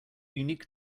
unique